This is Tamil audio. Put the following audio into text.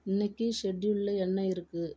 இன்னைக்கு ஷெட்யூலில் என்ன இருக்கு